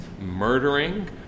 murdering